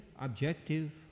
objective